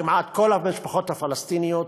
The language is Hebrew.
כמעט כל המשפחות הפלסטיניות,